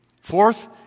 Fourth